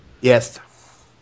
Yes